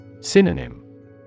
Synonym